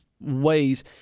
ways